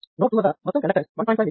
node 2 వద్ద మొత్తం conductance 1